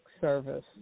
service